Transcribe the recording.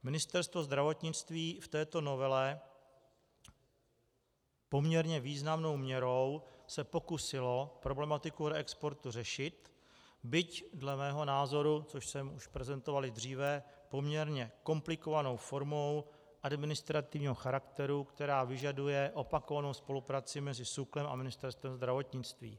Ministerstvo zdravotnictví se v této novele poměrně významnou měrou pokusilo problematiku reexportu řešit, byť dle mého názoru což jsem prezentoval už dříve poměrně komplikovanou formou administrativního charakteru, která vyžaduje opakovanou spolupráci mezi SÚKLem a Ministerstvem zdravotnictví.